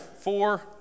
Four